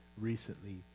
recently